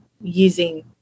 using